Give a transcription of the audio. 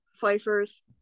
Pfeiffer's